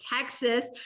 Texas